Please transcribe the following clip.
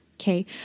okay